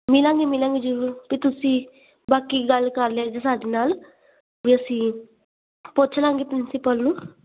ਮਿਲਾਂਗੇ ਮਿਲਾਂਗੇ ਜ਼ਰੂਰ ਅਤੇ ਤੁਸੀਂ ਬਾਕੀ ਗੱਲ ਕਰ ਲਿਆ ਜੀ ਸਾਡੇ ਨਾਲ ਵੀ ਅਸੀਂ ਪੁੱਛ ਲਵਾਂਗੇ ਪ੍ਰਿੰਸੀਪਲ ਨੂੰ